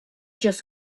just